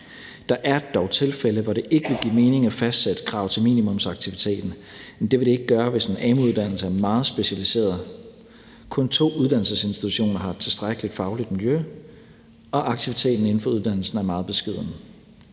Der er dog tilfælde, hvor det ikke vil give mening at fastsætte krav til minimumsaktiviteten. Det vil det ikke gøre, hvis en amu-uddannelse er meget specialiseret, kun to uddannelsesinstitutioner har et tilstrækkeligt fagligt miljø og aktiviteten inden for uddannelsen er meget beskeden.